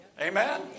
Amen